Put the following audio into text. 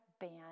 band